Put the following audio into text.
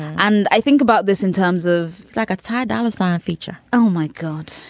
and i think about this in terms of like a high dollar sign feature oh my god.